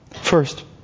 First